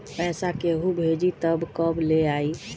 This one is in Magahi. पैसा केहु भेजी त कब ले आई?